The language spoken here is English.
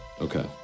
Okay